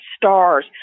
stars